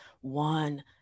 one